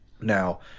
Now